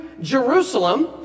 Jerusalem